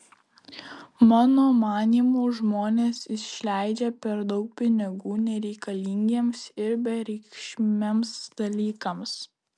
mano manymu žmonės išleidžia per daug pinigų nereikalingiems ir bereikšmiams dalykams